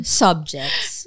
subjects